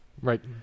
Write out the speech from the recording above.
Right